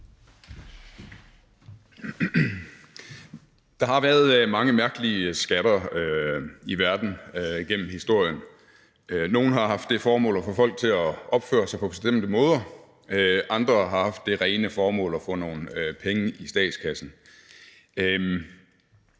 Der har været mange mærkelige skatter i verden gennem historien. Nogle har haft det formål at få folk til at opføre sig på bestemte måder, andre har haft det rene formål at få nogle penge i statskassen.